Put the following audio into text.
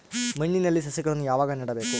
ಮಣ್ಣಿನಲ್ಲಿ ಸಸಿಗಳನ್ನು ಯಾವಾಗ ನೆಡಬೇಕು?